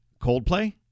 Coldplay